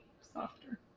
softer